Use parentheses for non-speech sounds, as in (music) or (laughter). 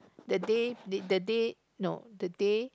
the day (noise) the day no the day